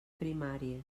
primàries